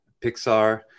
pixar